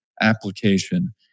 application